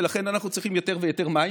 ולכן אנחנו צריכים יותר ויותר מים.